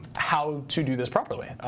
how to do this properly.